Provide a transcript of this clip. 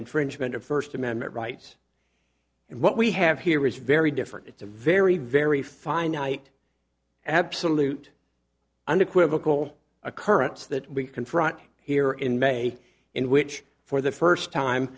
infringement of first amendment rights and what we have here is very different it's a very very finite absolute unequivocal occurrence that we confront here in may in which for the first time